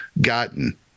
gotten